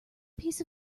piece